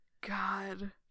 God